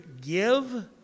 give